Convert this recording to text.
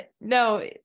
No